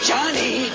Johnny